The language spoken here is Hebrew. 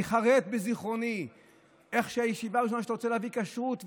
ייחרת בזיכרוני איך בישיבה הראשונה אתה רוצה להביא כשרות,